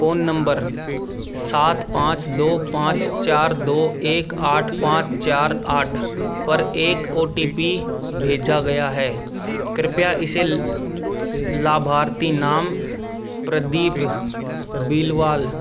phone number सात पाँच दो पाँच चार दो एक आठ पाँच चार आठ पर एक ओ टी पी भेजा गया है कृपया इसे लाभार्थी नाम प्रदीप बिलवाल